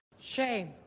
Shame